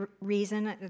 reason